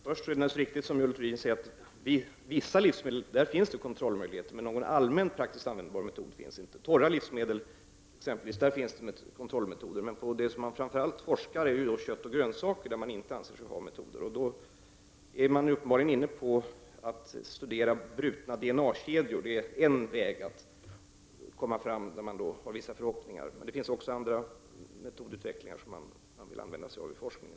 Herr talman! Till att börja med är det naturligtvis riktigt som Görel Thurdin säger att det när det gäller vissa livsmedel finns kontrollmöjligheter. Någon allmän praktiskt användbar metod finns dock inte. När det exempelvis gäller torra livsmedel finns kontrollmetoder. Forskningen rör framför allt kött och grönsaker, där man inte anser sig ha kontrollmetoder. Man är uppenbarligen inne på att studera brutna DNA-kedjor. Det är en väg att gå, till vilken man knyter vissa förhoppningar. Det finns även utveckling av andra metoder som man vill använda sig av i forskningen.